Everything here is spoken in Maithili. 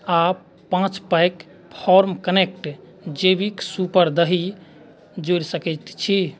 आ पाँच पैक फोर्म कनेक्ट जेविक सुपर दही जोड़ि सकैत छी